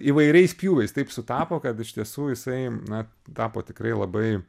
įvairiais pjūviais taip sutapo kad iš tiesų jisai na tapo tikrai labai